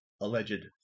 alleged